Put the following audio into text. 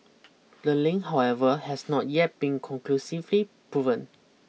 the link however has not yet been conclusively proven